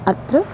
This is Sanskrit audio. अत्र